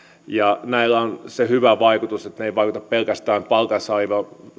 näillä on se hyvä vaikutus että ne eivät vaikuta pelkästään palkansaajiin